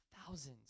thousands